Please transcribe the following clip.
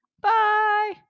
Bye